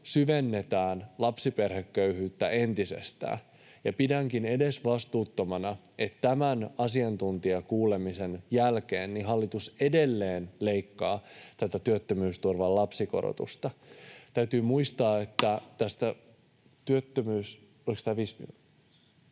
syvennetään lapsiperheköyhyyttä entisestään. Pidänkin edesvastuuttomana, että tämän asiantuntijakuulemisen jälkeen hallitus edelleen leikkaa tätä työttömyysturvan lapsikorotusta. Täytyy muistaa, että tästä työttömyys... — Oliko tämä viisi minuuttia?